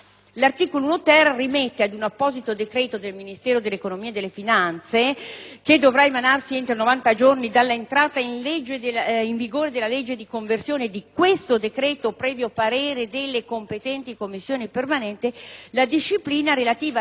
- da emanarsi entro 90 giorni dall'entrata in vigore della legge di conversione del presente decreto, previo parere delle competenti Commissioni parlamentari - la disciplina relativa alla sperimentazione degli apparecchi elettronici per il gioco lecito collegati in rete.